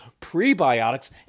prebiotics